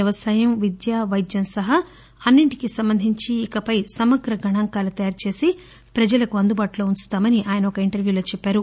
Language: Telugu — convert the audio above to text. వ్యవసాయం విద్య వైద్యం సహా అన్నింటికి సంబంధించి ఇకపై సమగ్ర గణాంకాలు తయారుచేసి ప్రజలకు అందుబాటులో ఉంచుతామని ఆయన ఒక ఇంటర్వ్వులో చెప్పారు